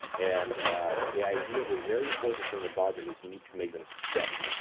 and ah the idea the very important thing about them is you need to make them steady.